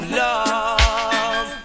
love